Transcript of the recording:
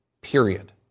period